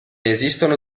esistono